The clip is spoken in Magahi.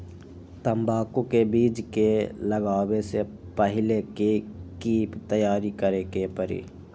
तंबाकू के बीज के लगाबे से पहिले के की तैयारी करे के परी?